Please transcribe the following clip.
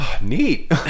Neat